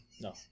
No